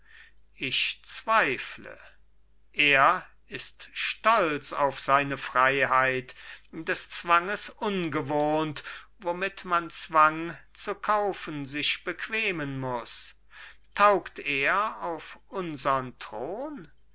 ich zweifle er ist stolz auf seine freiheit des zwanges ungewohnt womit man zwang zu kaufen sich bequemen muß taugt er auf unsern thron